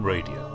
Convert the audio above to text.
Radio